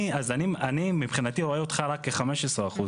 אז אני מבחינתי רואה אותך כ-15 אחוזים.